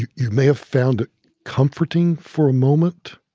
you you may have found it comforting for a moment,